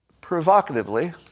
Provocatively